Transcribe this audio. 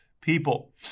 people